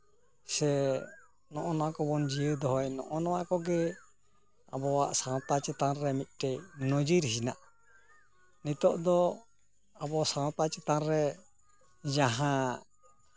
ᱥᱮ ᱱᱚᱜᱼᱚ ᱱᱚᱣᱟ ᱠᱚᱵᱚᱱ ᱡᱤᱭᱟᱹᱣ ᱫᱚᱦᱚᱭ ᱱᱚᱜᱼᱚ ᱱᱟ ᱠᱚᱜᱮ ᱟᱵᱚᱣᱟᱜ ᱥᱟᱶᱛᱟ ᱪᱮᱛᱟᱱ ᱨᱮ ᱢᱤᱫᱴᱮᱡ ᱱᱚᱡᱤᱨ ᱢᱮᱱᱟᱜᱼᱟ ᱱᱤᱛᱚᱜ ᱫᱚ ᱟᱵᱚ ᱥᱟᱶᱛᱟ ᱪᱮᱛᱟᱱ ᱨᱮ ᱡᱟᱦᱟᱸ